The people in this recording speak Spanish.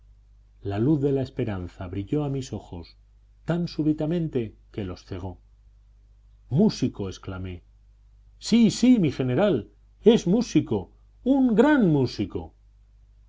la luz de la esperanza brilló a mis ojos tan súbitamente que los cegó músico exclamé sí sí mi general es músico un gran músico